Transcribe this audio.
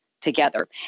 together